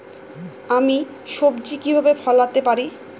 আমি সবজি কিভাবে ফলাতে পারি?